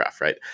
right